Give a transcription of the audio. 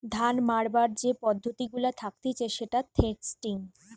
ধান মাড়াবার যে পদ্ধতি গুলা থাকতিছে সেটা থ্রেসিং